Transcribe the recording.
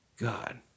God